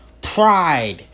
pride